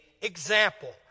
example